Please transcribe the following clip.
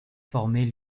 formait